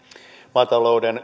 maatalouden